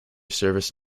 service